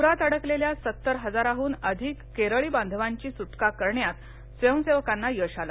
पुरात अडकलेल्या सत्तर हजारांहून अधिक केरळी बांधवांची सुटका करण्यात स्वयंसेवकांना यश आलं